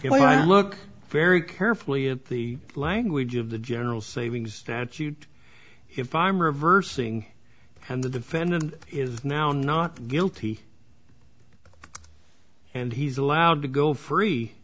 i look very carefully at the language of the general savings statute if i'm reversing and the defendant is now not guilty and he's allowed to go free